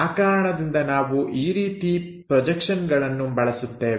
ಆ ಕಾರಣದಿಂದ ನಾವು ಈ ರೀತಿ ಪ್ರೊಜೆಕ್ಷನ್ಗಳನ್ನು ಬಳಸುತ್ತೇವೆ